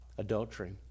Adultery